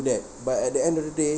that but at the end of the day